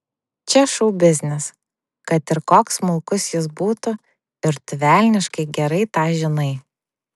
čia šou biznis kad ir koks smulkus jis būtų ir tu velniškai gerai tą žinai